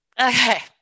Okay